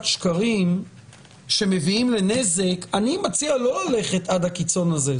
שקרים שמביאים לנזק אני מציע לא ללכת עד הקיצון הזה.